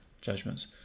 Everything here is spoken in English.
judgments